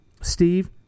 Steve